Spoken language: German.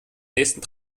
nächsten